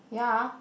yeah